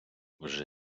вже